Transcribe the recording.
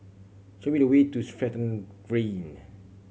show me the way to Stratton Green